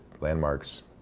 landmarks